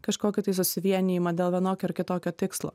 kažkokį tai susivienijimą dėl vienokio ar kitokio tikslo